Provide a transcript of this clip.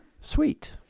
Sweet